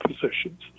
positions